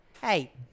Hey